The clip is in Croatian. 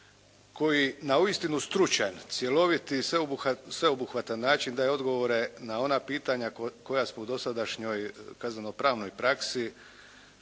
koji na uistinu stručan, cjelovit i sveobuhvatan način daje odgovore na ona pitanja koja smo u dosadašnjoj kazneno-pravnoj praksi